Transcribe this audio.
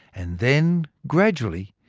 and then gradually,